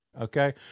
Okay